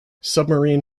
submarine